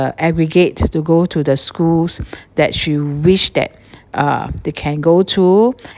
aggregate to go to the schools that's you wish that uh they can go to